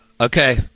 Okay